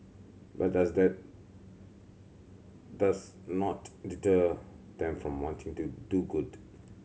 but does that does not deter them from wanting to do good